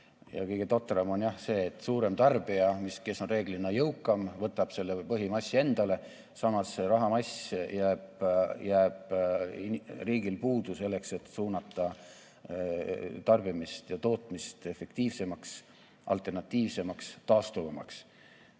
Kõige totram on jah see, et suurem tarbija, kes on reeglina jõukam, võtab selle põhimassi endale. Samas, see rahamass jääb riigil puudu, selleks et suunata tarbimist ja tootmist efektiivsemaks, alternatiivsemaks, taastuvamaks.